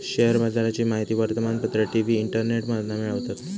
share बाजाराची माहिती वर्तमानपत्र, टी.वी, इंटरनेटमधना मिळवतत